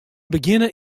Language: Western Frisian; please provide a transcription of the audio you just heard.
begjinne